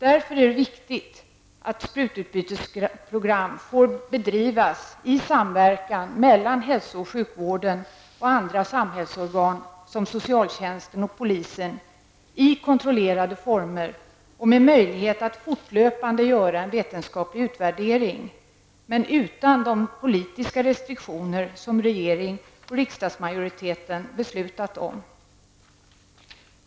Därför är det viktigt att sprututbytesprogram får bedrivas i samverkan mellan hälso och sjukvården och andra samhällsorgan, som socialtjänsten och polisen, i kontrollerade former och med möjlighet att fortlöpande göra en vetenskaplig utvärdering, men utan de politiska restriktioner som regeringen och riksdagsmajoriteten har beslutat om.